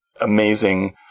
amazing